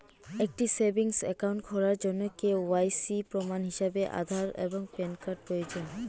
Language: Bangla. একটি সেভিংস অ্যাকাউন্ট খোলার জন্য কে.ওয়াই.সি প্রমাণ হিসাবে আধার এবং প্যান কার্ড প্রয়োজন